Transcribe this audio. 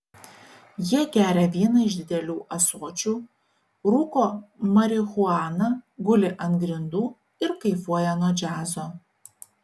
jie geria vyną iš didelių ąsočių rūko marihuaną guli ant grindų ir kaifuoja nuo džiazo